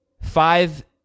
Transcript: Five